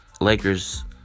Lakers